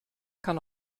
kann